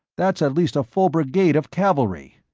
that's at least a full brigade of cavalry.